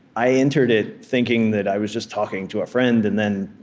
i entered it thinking that i was just talking to a friend, and then,